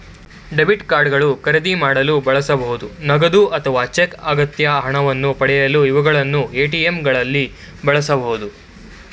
debit card ಗಳು ಖರೀದಿ ಮಾಡಲು ಬಳಸಬಹುದು ನಗದು ಅಥವಾ ಚೆಕ್ ಅಗತ್ಯ ಹಣವನ್ನು ಪಡೆಯಲು ಇವುಗಳನ್ನು ಎ.ಟಿ.ಎಂ ಗಳಲ್ಲಿ ಬಳಸಬಹುದು